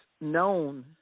known